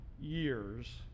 years